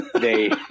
they-